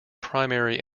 primary